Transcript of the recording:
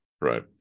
right